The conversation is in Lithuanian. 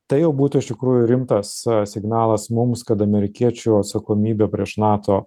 tai jau būtų iš tikrųjų rimtas signalas mums kad amerikiečių atsakomybė prieš nato